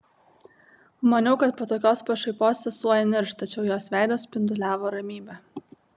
maniau kad po tokios pašaipos sesuo įnirš tačiau jos veidas spinduliavo ramybe